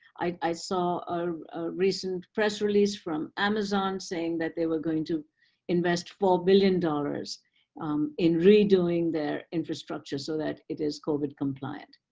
i saw a recent press release from amazon saying that they were going to invest four billion dollars in redoing their infrastructure so that it is covid compliant.